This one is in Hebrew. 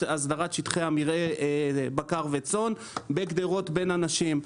שטחי המרעה לבקר וצאן בגדרות בין אנשים.